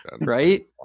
right